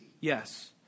Yes